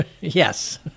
Yes